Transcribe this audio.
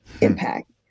impact